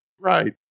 Right